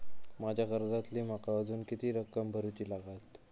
माझ्या कर्जातली माका अजून किती रक्कम भरुची लागात?